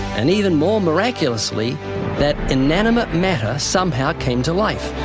and even more miraculously that inanimate matter somehow came to life.